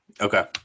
Okay